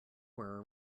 were